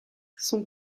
son